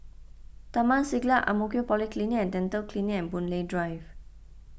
Taman Siglap Ang Mo Kio Polyclinic and Dental Clinic and Boon Lay Drive